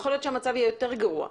יכול להיות שהמצב יהיה יותר גרוע.